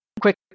quick